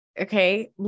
okay